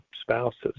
spouses